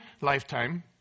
lifetime